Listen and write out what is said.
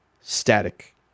static